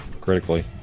critically